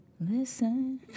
listen